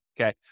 okay